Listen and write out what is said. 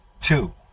two